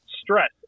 stress